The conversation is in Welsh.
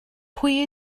pwy